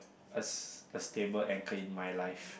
a s~ a stable anchor in my life